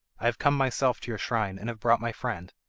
i have come myself to your shrine, and have brought my friend.